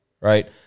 Right